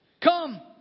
Come